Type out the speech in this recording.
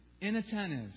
inattentive